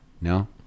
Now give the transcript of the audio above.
No